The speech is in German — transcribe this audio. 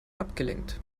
abgelenkt